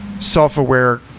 self-aware